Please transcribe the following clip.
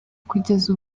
kugeza